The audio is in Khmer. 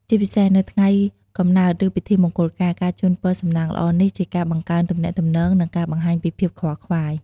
ជាពិសេស នៅថ្ងៃកំណើត ឬពិធីមង្គលការ ការជូនពរសំណាងល្អនេះជាការបង្កើនទំនាក់ទំនង និងការបង្ហាញពីភាពខ្វល់ខ្វាយ។